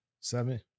seven